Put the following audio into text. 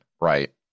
right